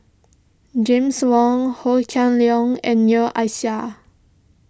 James Wong Ho Kah Leong and Noor Aishah